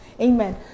amen